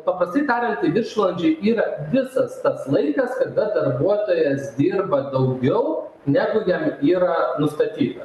paprastai tariant viršvalandžiai yra visas tas laikas kada darbuotojas dirba daugiau negu jam yra nustatyta